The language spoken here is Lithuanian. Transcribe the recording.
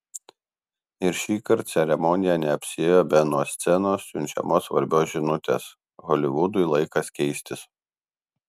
ir šįkart ceremonija neapsiėjo be nuo scenos siunčiamos svarbios žinutės holivudui laikas keistis